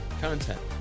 content